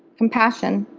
compassion,